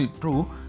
true